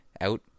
out